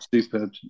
superb